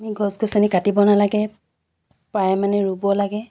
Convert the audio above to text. আমি গছ গছনি কাটিব নালাগে প্ৰায়ে মানে ৰুব লাগে